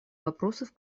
вопросов